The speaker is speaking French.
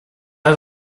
pas